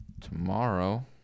tomorrow